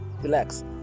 Relax